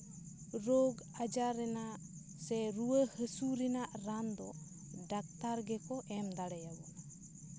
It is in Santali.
ᱨᱳᱜᱽ ᱟᱡᱟᱨ ᱨᱮᱱᱟᱜ ᱥᱮ ᱨᱩᱣᱟᱹ ᱦᱟᱹᱥᱩ ᱨᱮᱱᱟᱜ ᱨᱟᱱ ᱫᱚ ᱰᱟᱠᱛᱟᱨ ᱜᱮᱠᱚ ᱮᱢ ᱫᱟᱲᱮ ᱟᱵᱚᱱᱟ